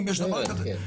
אם יש דבר כזה.